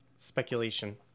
speculation